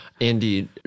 Andy